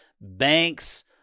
banks